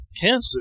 cancer